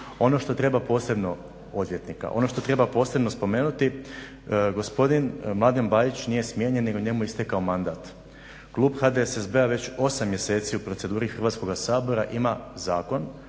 glavnog državnog odvjetništva. Ono što treba posebno spomenuti, gospodin Mladen Bajić nije smijenjen nego njemu je istekao mandat. klub HDSSB-a već osam mjeseci u proceduri Hrvatskoga sabora ima zakon,